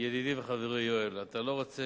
ידידי וחברי יואל, אתה לא רוצה